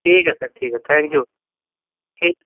ٹھیک ہے سر ٹھیک ہے تھینک یو ٹھیک